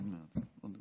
רוצה רק